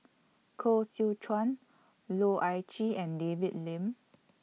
Koh Seow Chuan Loh Ah Chee and David Lim